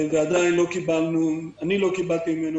ועדיין אני לא קיבלתי ממנו,